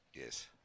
Yes